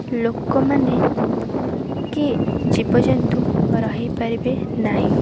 ଲୋକମାନେ କି ଜୀବଜନ୍ତୁ ରହିପାରିବେ ନାହିଁ